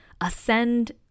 ascend